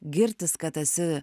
girtis kad esi